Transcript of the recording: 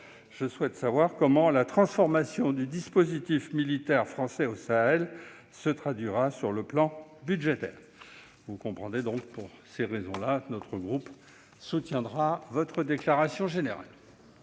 je souhaite savoir comment la transformation du dispositif militaire français au Sahel se traduira sur le plan budgétaire. Pour ces raisons, monsieur le Premier ministre, notre groupe soutiendra votre déclaration. La parole